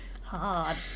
hard